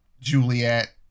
Juliet